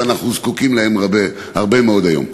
ואנחנו זקוקים להן מאוד מאוד היום.